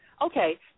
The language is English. Okay